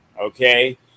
okay